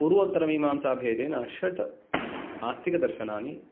पूर्वोत्तरमीमांसा भेदेन षट् आस्तिकदर्शनानि